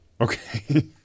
Okay